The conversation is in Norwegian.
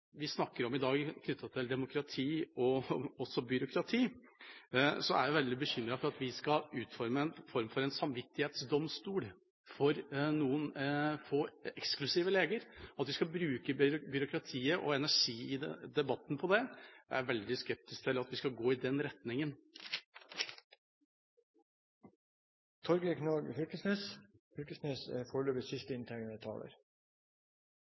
vi snakker om i dag knyttet til demokrati, men også til byråkrati, så er jeg veldig bekymret for at vi skal utforme en form for «samvittighetsdomstol» for noen få, eksklusive leger, og at en skal bruke byråkratiet og energi i debatten på dette. Jeg er veldig skeptisk til at vi skal gå i den retningen. Det denne debatten har bevist, er